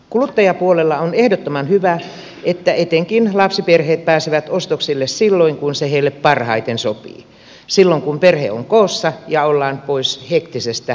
kuluttajapuolella on ehdottoman hyvä että etenkin lapsiperheet pääsevät ostoksille silloin kun se heille parhaiten sopii silloin kun perhe on koossa ja ollaan pois hektisestä muusta työelämästä